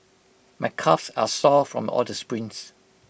my calves are sore from all the sprints